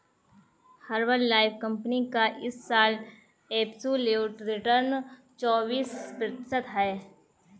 Herbalife company का इस साल एब्सोल्यूट रिटर्न चौबीस प्रतिशत है